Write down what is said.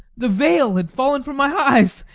the veil had fallen from my eyes,